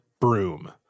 broom